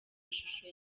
mashusho